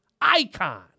icon